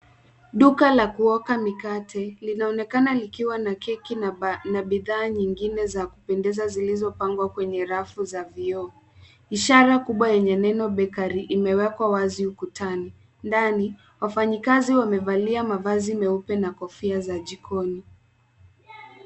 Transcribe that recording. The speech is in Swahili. Duka la kuoka mikate linaonekana likiwa na keki na bidhaa nyingine za kupendeza zilizopangwa kwenye rafu za vioo. Ishara kubwa yenye neno BAKERY imewekwa wazi ukutani. Ndani wafanyikazi wamevalia mavazi meupe na kofia za jikoni.